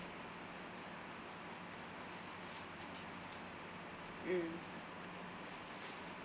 mm